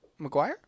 McGuire